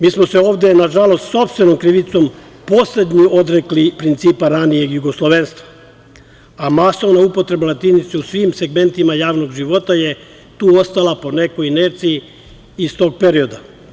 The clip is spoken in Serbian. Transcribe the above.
Mi smo se ovde, nažalost, sopstvenom krivicom poslednji odrekli principa ranijeg jugoslovenstva, a masovna upotreba latinice u svim segmentima javnog života je tu ostala po nekoj inerciji iz tog perioda.